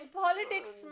politics